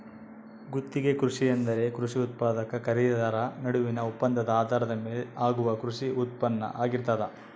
ಗುತ್ತಿಗೆ ಕೃಷಿ ಎಂದರೆ ಕೃಷಿ ಉತ್ಪಾದಕ ಖರೀದಿದಾರ ನಡುವಿನ ಒಪ್ಪಂದದ ಆಧಾರದ ಮೇಲೆ ಆಗುವ ಕೃಷಿ ಉತ್ಪಾನ್ನ ಆಗಿರ್ತದ